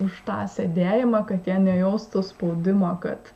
už tą sėdėjimą kad jie nejaustų spaudimo kad